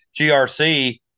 GRC